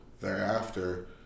thereafter